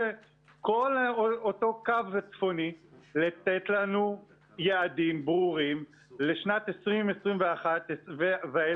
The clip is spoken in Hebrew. כל אותו קו צפוני לתת לנו יעדים ברורים לשנת 2021 ואילך.